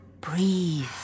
breathe